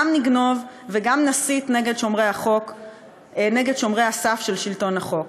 גם נגנוב וגם נסית נגד שומרי הסף של שלטון החוק.